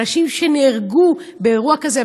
אנשים שנהרגו באירוע כזה,